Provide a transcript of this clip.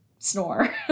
snore